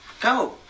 Go